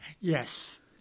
Yes